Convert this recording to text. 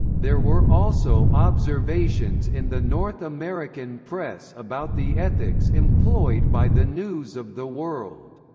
there were also observations in the north american press about the ethics employed by the news of the world.